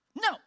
no